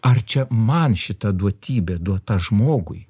ar čia man šita duotybė duota žmogui